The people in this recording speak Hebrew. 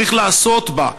צריך לעשות בה.